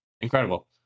incredible